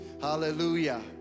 hallelujah